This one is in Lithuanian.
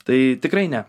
tai tikrai ne